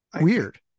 Weird